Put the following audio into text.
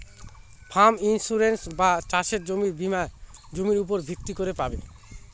farm insurance বা চাসের জমির বীমা জমির উপর ভিত্তি করে পাবে